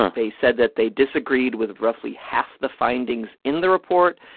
um they said that they disagreed with roughly half the findings in the report.